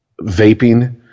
vaping